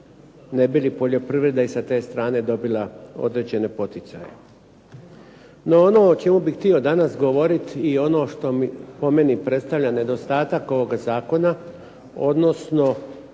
ne bi li poljoprivreda i sa te strane dobila određene poticaje. No ono o čemu bih htio danas govoriti i ono što po meni predstavlja nedostatak ovoga zakona, odnosno